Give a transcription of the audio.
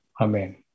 Amen